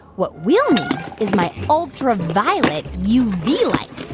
what we'll need is my ultraviolet uv light.